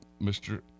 Mr